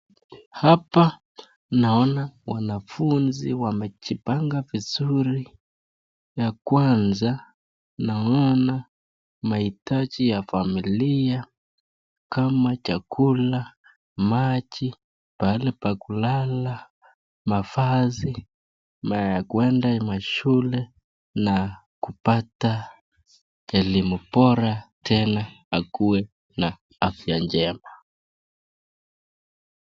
Hapa naona wanafunzi wamejipanga vizuri, ya kwanza naona mahitaji ya familia kama chakula, maji, pahali pa kulala, mavazi ya kuenda mashule kupata elimu bora tena akuwe na afya njema.